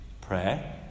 prayer